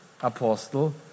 apostle